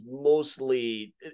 mostly